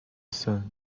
sun